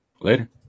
Later